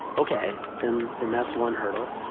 ok, then. then that's one hurdle.